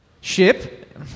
ship